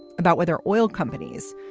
about whether oil companies,